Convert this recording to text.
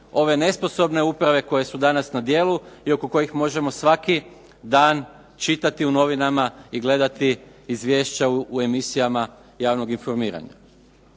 ove nesposobne uprave koje su danas na djelu i oko kojih možemo svaki dan čitati u novinama i gledati izvješća u emisijama javnog informiranja.